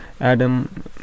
Adam